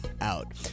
out